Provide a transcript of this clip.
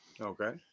okay